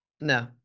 No